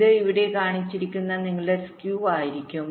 ഇത് ഇവിടെ കാണിച്ചിരിക്കുന്ന നിങ്ങളുടെ skew ആയിരിക്കും